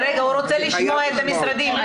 אני רוצה לשמוע את המשרדים.